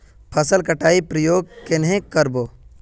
फसल कटाई प्रयोग कन्हे कर बो?